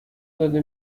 داده